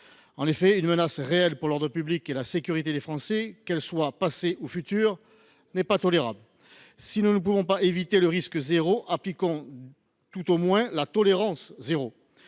En effet, une menace réelle pour l’ordre public et la sécurité des Français, qu’elle soit passée ou future, n’est pas tolérable. Si nous ne pouvons pas éviter le risque zéro, appliquons tout au moins la tolérance zéro.